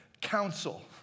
Counsel